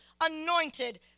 anointed